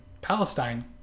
palestine